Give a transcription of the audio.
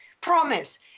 promise